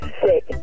sick